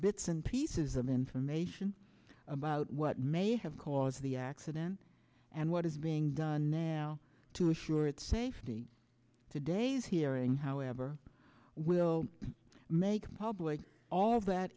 bits and pieces of information about what may have caused the accident and what is being done now to assure its safety today's hearing however will make public all that